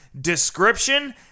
description